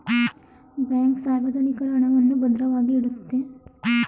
bank ಸಾರ್ವಜನಿಕರ ಹಣವನ್ನು ಭದ್ರವಾಗಿ ಇಡುತ್ತೆ